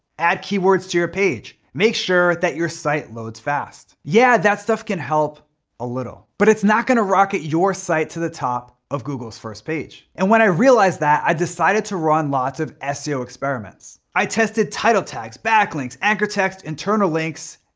add keywords to your page. make sure that your site loads fast. yeah that stuff can help a little. but it's not gonna rocket your site to the top of google's first page. and when i realized that, i decided to run lots of seo experiments. i tested title tags, backlinks, anchor test, internal links,